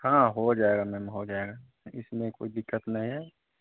हाँ हो जाएगा मैम हो जाएगा इसमें कोई दिक्कत नहीं है